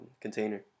container